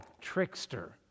trickster